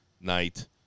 night